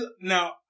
Now